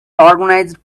organized